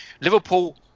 Liverpool